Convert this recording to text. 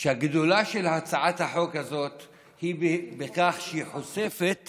שהגדולה של הצעת החוק היא בכך שהיא חושפת